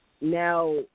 now